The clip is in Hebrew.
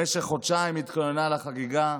במשך חודשיים התכוננה לחגיגה,